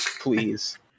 Please